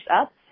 up